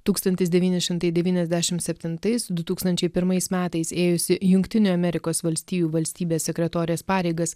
tūkstantis devyni šimtai devyniasdešimt septintais du tūkstančiai pirmais metais ėjusi jungtinių amerikos valstijų valstybės sekretorės pareigas